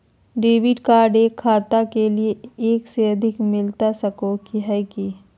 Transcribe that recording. Debit card एक खाता के लिए एक से अधिक मिलता सको है की?